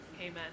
Amen